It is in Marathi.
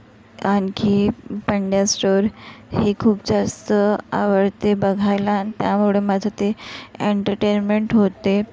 आणखी पंड्या स्टोअर हे खूप जास्त आवडते बघायला त्यामुळे माझं ते एन्टरटेन्मेंट होते